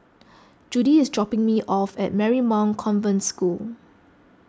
Judy is dropping me off at Marymount Convent School